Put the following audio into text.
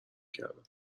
کردم